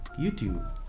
youtube